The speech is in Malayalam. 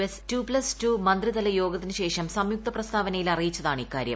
എസ് ടു പ്ലസ് ട്ടൂമിന്ത്രിതല യോഗത്തിന് ശേഷം സംയുക്ത പ്രസ്താവനയിൽ അറിയിച്ചത്താണ് ഇക്കാര്യം